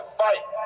fight